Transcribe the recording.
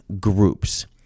groups